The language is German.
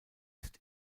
ist